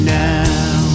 now